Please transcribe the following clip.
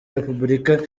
repubulika